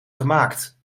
gemaakt